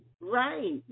Right